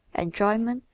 enjoyment,